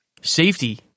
safety